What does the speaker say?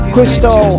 Crystal